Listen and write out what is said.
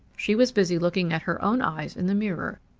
she was busy looking at her own eyes in the mirror,